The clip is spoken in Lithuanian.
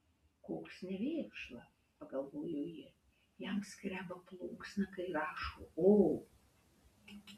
koks nevėkšla pagalvojo ji jam skreba plunksna kai rašo o